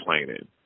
complaining